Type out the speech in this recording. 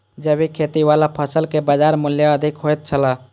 जैविक खेती वाला फसल के बाजार मूल्य अधिक होयत छला